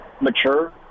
mature